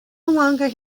longer